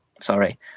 Sorry